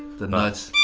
the notes.